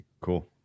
Cool